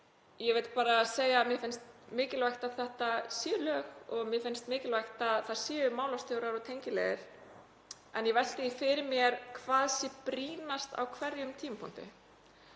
Ég vil bara segja að mér finnst mikilvægt að þetta séu lög og mér finnst mikilvægt að það séu málstjórar og tengiliðar en ég velti því fyrir mér hvað sé brýnast á hverjum tímapunkti.